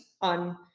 on